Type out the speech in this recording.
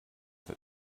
that